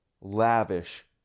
lavish